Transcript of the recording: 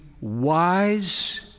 wise